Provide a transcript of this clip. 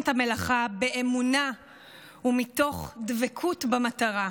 את המלאכה באמונה ומתוך דבקות במטרה.